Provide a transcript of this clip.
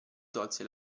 tolse